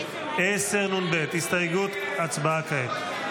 הצבעה כעת.